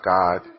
God